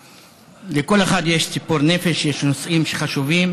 לכל אחד יש ציפור נפש, יש נושאים שחשובים.